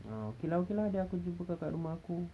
ah okay lah okay lah then aku jumpa kau kat rumah aku